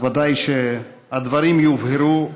אז ודאי שהדברים יובהרו,